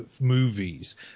movies